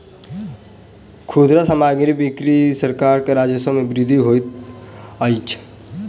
खुदरा सामग्रीक बिक्री सॅ सरकार के राजस्व मे वृद्धि होइत अछि